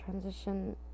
transition